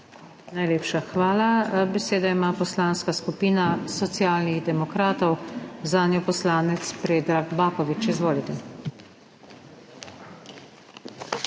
Najlepša hvala. Besedo ima Poslanska skupina Socialnih demokratov. Zanjo poslanec Predrag Baković. Izvolite.